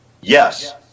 yes